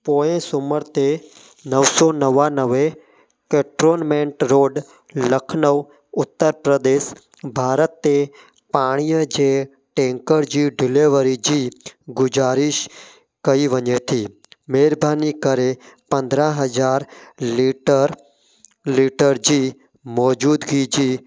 पोइ सूमर ते नौ सौ नवानवे केट्रोन्मेंट रोड लखनऊ उतर प्रदेश भारत ते पाणीअ जे टेंकर जी डिलेवरी जी गुज़ारिश कई वञे थी महिरबानी करे पंद्रहं हज़ार लीटर लीटर जी मौजूदगी जी